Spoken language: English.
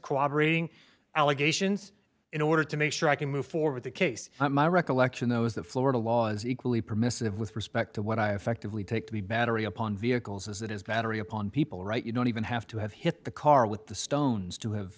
cooperating allegations in order to make sure i can move forward the case my recollection those that florida law is equally permissive with respect to what i affected we take the battery upon vehicles as it is battery upon people right you don't even have to have hit the car with the stones to have